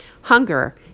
hunger